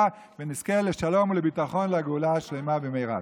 ונזכה לשלום ולביטחון לגאולה השלמה במהרה.